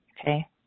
okay